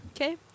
okay